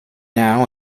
now